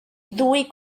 ddwy